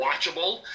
watchable